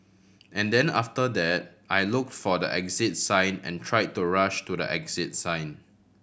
and then after that I looked for the exit sign and tried to rush to the exit sign